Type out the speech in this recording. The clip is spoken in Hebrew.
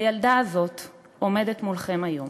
הילדה הזאת עומדת מולכם היום.